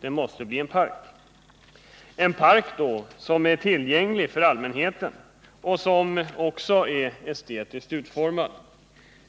Det måste bli en park, som är tillgänglig för allmänheten och som är utformad på ett estetiskt tilltalande sätt,